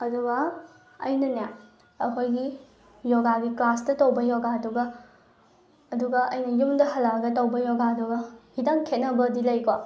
ꯑꯗꯨꯒ ꯑꯩꯅꯅꯦ ꯑꯩꯈꯣꯏꯒꯤ ꯌꯣꯒꯥꯒꯤ ꯀ꯭ꯂꯥꯁꯇ ꯇꯧꯕ ꯌꯣꯒꯥꯗꯨꯒ ꯑꯗꯨꯒ ꯑꯩꯅ ꯌꯨꯝꯅ ꯍꯜꯂꯛꯂꯒ ꯇꯧꯕ ꯌꯣꯒꯥꯗꯨꯒ ꯈꯤꯇꯪ ꯈꯦꯠꯅꯕꯗꯤ ꯂꯩꯀꯣ